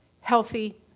healthy